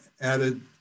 added